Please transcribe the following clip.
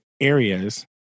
areas